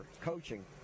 coaching